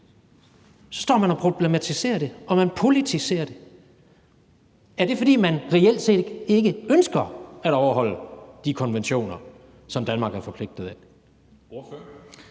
så står man og problematiserer det, og man politiserer det. Er det, fordi man reelt set ikke ønsker at overholde de konventioner, som Danmark er forpligtet af?